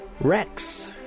Rex